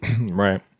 Right